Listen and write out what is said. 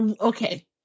Okay